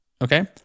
Okay